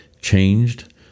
changed